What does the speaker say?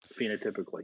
phenotypically